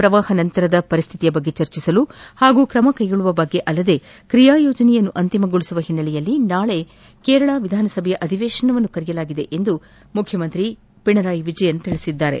ಪ್ರವಾಹ ನಂತರದ ಸ್ವಿತಿಯ ಬಗ್ಗೆ ಚರ್ಚಿಸಲು ಹಾಗೂ ಕ್ರಮ ಕೈಗೊಳ್ಳುವ ಬಗ್ಗೆ ಅಲ್ಲದೆ ್ರಿಯಾ ಯೋಜನೆಯನ್ನು ಅಂತಿಮಗೊಳಿಸುವ ಹಿನ್ನೆಲೆಯಲ್ಲಿ ನಾಳೆ ವಿಧಾನಸಭೆ ಅಧಿವೇಶನವನ್ನು ಕರೆಯಲಾಗಿದೆ ಎಂದು ಮುಖ್ಖಮಂತ್ರಿ ಪಿಣರಾಯಿ ವಿಜಯನ್ ತಿಳಿಸಿದ್ದಾರೆ